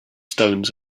stones